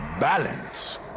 Balance